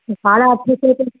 साढा अठ सौ त